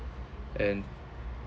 and